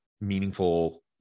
meaningful